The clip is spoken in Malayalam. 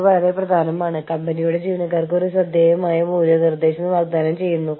ഇത് ഒരു ചെറിയ തരത്തിലുള്ള സംഘടനയുടെ ജീവനക്കാരുടെ യൂണിയന്റെ ഒരു ശേഖരമാണ്